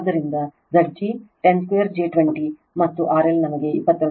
ಆದ್ದರಿಂದ Zg 10 2j 20 ಮತ್ತು RL ನಮಗೆ 22